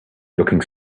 looking